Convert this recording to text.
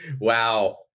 Wow